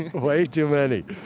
way too many,